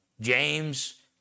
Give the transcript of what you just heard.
James